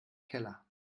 keller